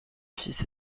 fils